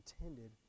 intended